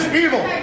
evil